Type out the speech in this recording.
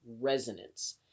resonance